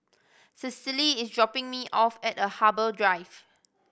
Cecily is dropping me off at the Harbour Drive